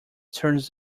turns